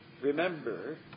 Remember